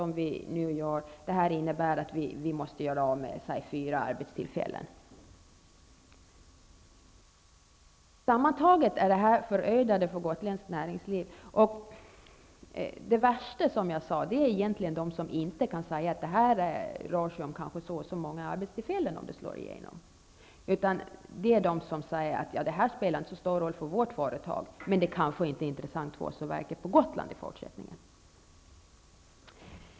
Man måste kanske göra sig av med fyra arbetstillfällen. Sammantaget är det här förödande för gotländskt näringsliv. Det värsta är inte de som säger hur många arbetstillfällen det gäller om det här slår igenom, utan de som säger att det inte spelar så stor roll för deras företag bortsett från att det kanske inte är intressant för dem att verka på Gotland i fortsättningen.